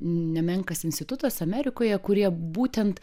nemenkas institutas amerikoje kurie būtent